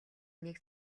нэг